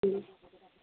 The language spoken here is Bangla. হ্যাঁ